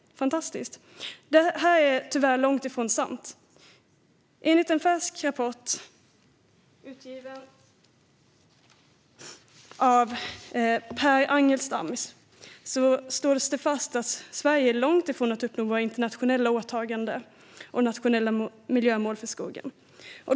Fantastiskt! Detta är tyvärr långt ifrån sant. I en färsk rapport av Per Angelstam slås det fast att vi i Sverige är långt ifrån att uppnå våra internationella åtaganden och nationella miljömål för skogen.